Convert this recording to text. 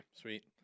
sweet